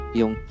yung